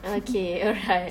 okay alright